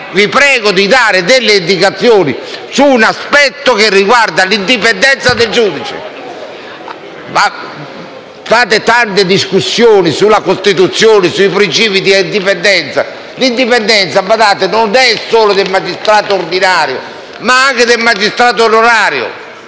vi prego di dare delle indicazioni su un aspetto che riguarda l'indipendenza dei giudici. Fate tante discussioni sulla Costituzione e sui principi di indipendenza, ma l'indipendenza - badate - non è solo del magistrato ordinario, ma anche del magistrato onorario.